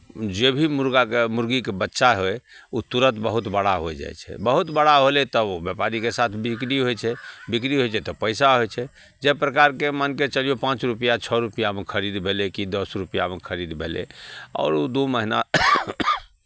जे भी मुर्गाके मुर्गीके बच्चा होय ओ तुरन्त बहुत बड़ा हो जाइ छै बहुत बड़ा होलै तब ओ व्यापारीके साथ बिक्री होइ छै बिक्री होइ छै तऽ पैसा होइ छै जाहि प्रकारके मानि कऽ चलियौ पाँच रुपैआ छओ रुपैआमे ओ खरीद भेलै कि दस रुपैआमे खरीद भेलै आओर ओ दू महीना